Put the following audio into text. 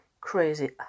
crazy